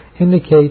indicate